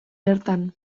bertan